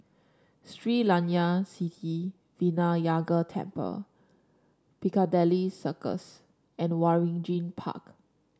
Sri Layan Sithi Vinayagar Temple Piccadilly Circus and Waringin Park